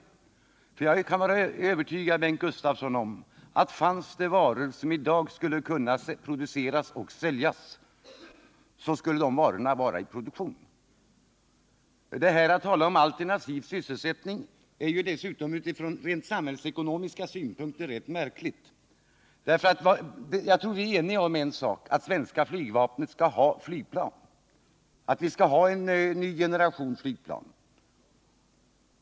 Bengt Gustavsson kan vara övertygad om att om det i dag funnes varor som skulle kunna produceras och säljas, så skulle de varorna också vara i produktion. Talet om alternativ sysselsättning är dessutom från rent samhällsekonomiska synpunkter märkligt. Jag tror att vi är eniga om en sak, nämligen att det svenska flygvapnet skall ha en ny generation flygplan.